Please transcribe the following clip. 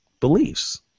beliefs